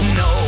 no